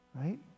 right